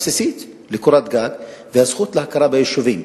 הבסיסית לקורת גג והזכות להכרה ביישובים.